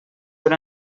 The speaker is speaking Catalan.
per